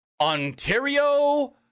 Ontario